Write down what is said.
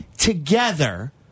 Together